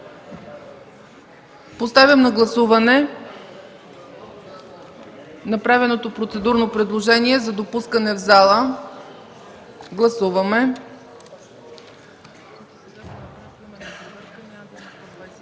Поставям на гласуване направеното процедурно предложение за допускане в пленарната